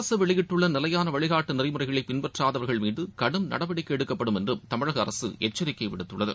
அரசு வெளியிட்டுள்ள நிலையான வழிகாட்டு நெறிமுறைகளை பின்பற்றாதவர்கள் மீது கடும் நடவடிக்கை எடுக்கப்படும் என்றும் தமிழக அரசு எச்சரிக்கை விடுத்துள்ளது